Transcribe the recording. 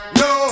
no